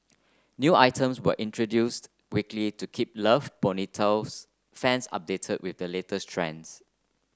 new items were introduced weekly to keep Love Bonito's fans updated with the latest trends